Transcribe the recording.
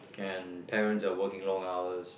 and parents are working long hours